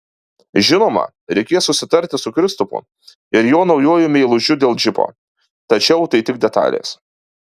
žinoma reikės susitarti su kristupu ir jo naujuoju meilužiu dėl džipo tačiau tai tik detalės